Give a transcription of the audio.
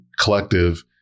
collective